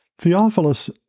Theophilus